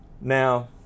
now